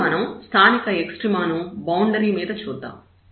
ఇప్పుడు మనం స్థానిక ఎక్స్ట్రీమ ను బౌండరీ మీద చూద్దాం